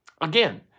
Again